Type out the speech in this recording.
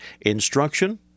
Instruction